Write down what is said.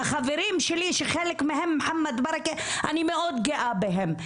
החברים שלי שחלק מהם מוחמד בארכה אני מאוד גאה בהם,